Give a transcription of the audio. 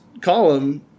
column